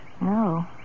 No